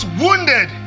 wounded